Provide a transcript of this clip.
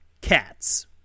Cats